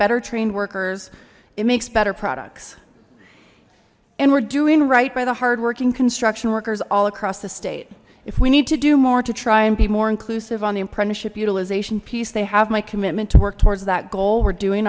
better trained workers it makes better products and we're doing right by the hard working construction workers all across the state if we need to do more to try and be more inclusive on the apprenticeship utilization piece they have my commitment to work towards that goal we're doing